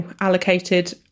allocated